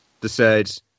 decides